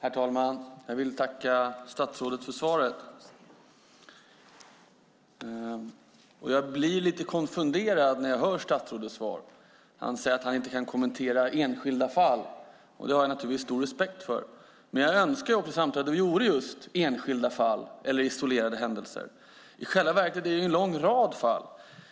Herr talman! Jag vill tacka statsrådet för svaret. Men jag blir lite konfunderad när jag hör statsrådets svar. Han säger att han inte kan kommentera enskilda fall. Det har jag naturligtvis stor respekt för. Samtidigt önskar jag att det vore fråga om just enskilda fall eller isolerade händelser. I själva verket finns det en lång rad fall.